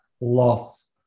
loss